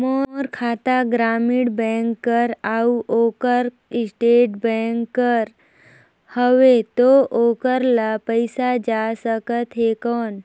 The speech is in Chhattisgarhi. मोर खाता ग्रामीण बैंक कर अउ ओकर स्टेट बैंक कर हावेय तो ओकर ला पइसा जा सकत हे कौन?